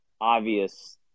obvious